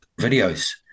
videos